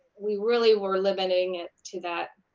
we really were limiting it to that.